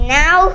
now